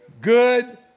good